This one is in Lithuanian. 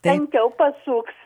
tankiau pasuks